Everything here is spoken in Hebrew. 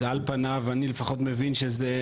אז על פניו אני לפחות מבין שזה,